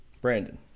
Brandon